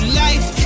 life